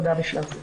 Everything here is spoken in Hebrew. תודה בשלב זה.